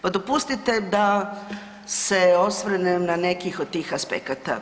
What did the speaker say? Pa dopustite da se osvrnem na neki od tih aspekata.